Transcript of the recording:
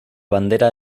bandera